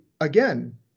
again